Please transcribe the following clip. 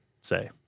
say